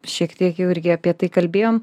šiek tiek jau irgi apie tai kalbėjom